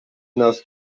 not